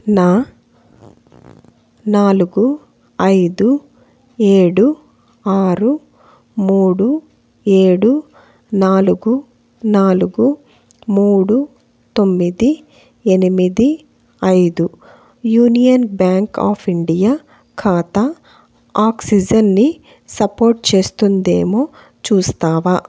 నా నాలుగు ఐదు ఏడు ఆరు మూడు ఏడు నాలుగు నాలుగు మూడు తొమ్మిది ఎనిమిది ఐదు యూనియన్ బ్యాంక్ ఆఫ్ ఇండియా ఖాతా ఆక్సిజెన్ని సపోర్ట్ చేస్తుందేమో చూస్తావా